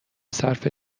صرفه